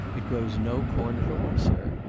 it grows no corn at all, sir